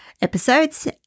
episodes